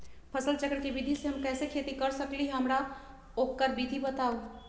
फसल चक्र के विधि से हम कैसे खेती कर सकलि ह हमरा ओकर विधि बताउ?